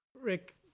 Rick